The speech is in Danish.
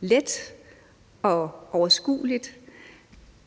let og overskueligt